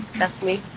that's me.